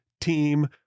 team